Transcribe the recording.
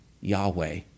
Yahweh